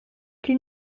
qui